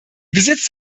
besitzt